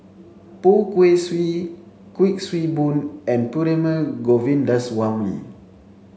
Poh Kay Swee Kuik Swee Boon and Perumal Govindaswamy